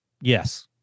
Yes